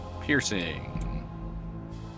Piercing